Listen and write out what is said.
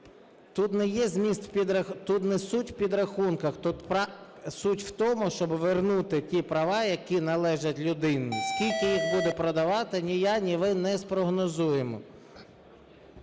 тут не суть в підрахунках, тут суть в тому, щоб вернути ті права, які належать людині, скільки їх буде продавати ні я, ні ви не спрогнозуємо.